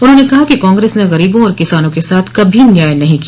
उन्होंने कहा कि कांग्रस ने गरीबों और किसानों के साथ कभी न्याय नहीं किया